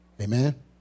Amen